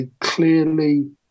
clearly